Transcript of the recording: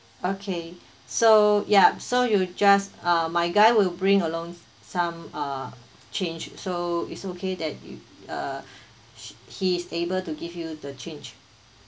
okay so ya so you just uh my guy will bring along s~ some uh change so is okay that you uh he he is able to give you the change